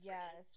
Yes